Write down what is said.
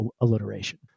alliteration